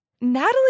Natalie